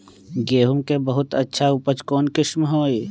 गेंहू के बहुत अच्छा उपज कौन किस्म होई?